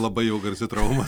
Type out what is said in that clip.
labai jau garsi trauma